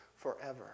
forever